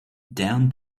down